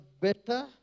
better